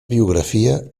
biografia